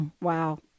Wow